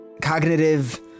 cognitive